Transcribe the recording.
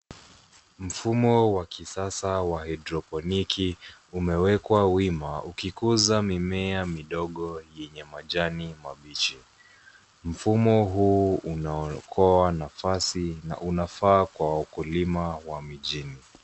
Mfumo wa kisasa wa haedroponiki umewekwa wima ukikuza mimea midogo yenye majani mabichi. Mfumo huu unaokoa nafasi na unafaa kwa wakulima wa mijini.